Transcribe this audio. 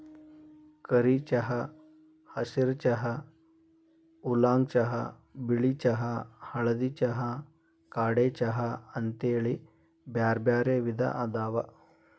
ಕರಿ ಚಹಾ, ಹಸಿರ ಚಹಾ, ಊಲಾಂಗ್ ಚಹಾ, ಬಿಳಿ ಚಹಾ, ಹಳದಿ ಚಹಾ, ಕಾಡೆ ಚಹಾ ಅಂತೇಳಿ ಬ್ಯಾರ್ಬ್ಯಾರೇ ವಿಧ ಅದಾವ